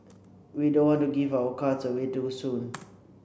we don't want to give our cards away too soon